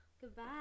goodbye